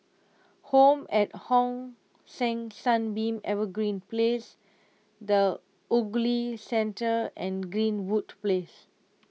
Home at Hong San Sunbeam Evergreen Place the Ogilvy Centre and Greenwood Place